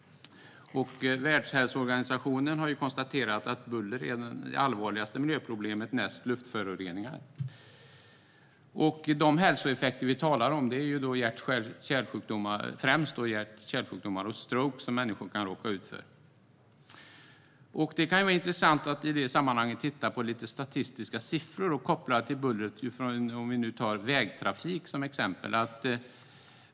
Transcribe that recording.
Världshälsoorganisationen har konstaterat att buller är det allvarligaste miljöproblemet näst luftföroreningar. De hälsoeffekter som människor kan råka ut för är främst hjärt och kärlsjukdomar och stroke. Det kan vara intressant att i det sammanhanget titta på lite statistik kopplat till buller, om vi nu tar vägtrafik som exempel.